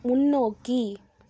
முன்னோக்கி